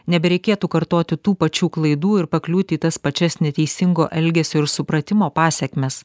nebereikėtų kartoti tų pačių klaidų ir pakliūti į tas pačias neteisingo elgesio ir supratimo pasekmes